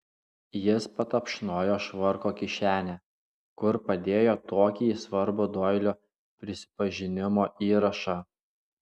jis patapšnojo švarko kišenę kur padėjo tokį svarbų doilio prisipažinimo įrašą